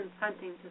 hunting